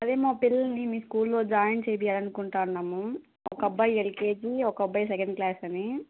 అదే మా పిల్లల్ని మీ స్కూల్లో జాయిన్ చేయించాలనుకుంటున్నాము ఒక అబ్బాయి ఎల్కేజీ ఒక అబ్బాయి సెకండ్ క్లాస్ అని